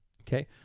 okay